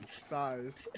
size